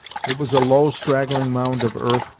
it was a low, straggling mound of earth,